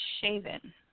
shaven